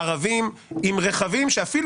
יושבים שכנים ערבים עם רכבים שאפילו